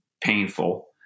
painful